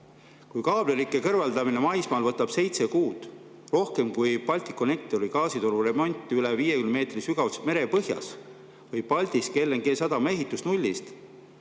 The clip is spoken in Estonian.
Kui kaablirikke kõrvaldamine maismaal võtab seitse kuud, rohkem kui Balticconnectori gaasitoru remont üle 50 meetri sügavusel merepõhjas või Paldiski LNG sadama ehitus nullist,